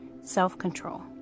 self-control